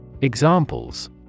Examples